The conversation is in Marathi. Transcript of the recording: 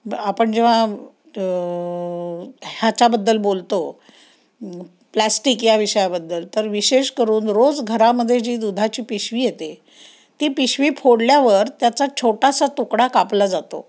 ब आपण जेव्हा ह्याच्याबद्दल बोलतो प्लॅस्टिक या विषयाबद्दल तर विशेष करून रोज घरामध्ये जी दुधाची पिशवी येते ती पिशवी फोडल्यावर त्याचा छोटासा तुकडा कापला जातो